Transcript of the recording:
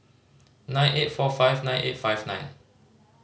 nine eight four five nine eight five nine